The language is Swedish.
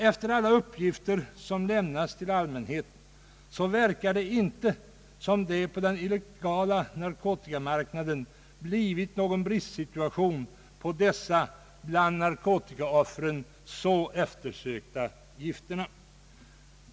Efter alla upp gifter som lämnats till allmänheten verkar det inte som om det på den illegala narkotikamarknaden har blivit någon bristsituation beträffande dessa bland narkotikaoffren så eftersökta gifter.